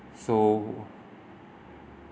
so